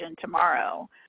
tomorrow